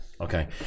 Okay